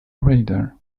radar